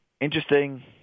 interesting